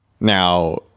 Now